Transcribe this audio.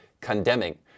condemning